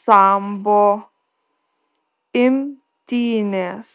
sambo imtynės